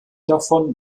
davon